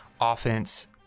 offense